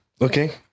Okay